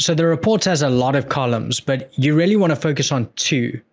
so, the report has a lot of columns, but you really want to focus on two,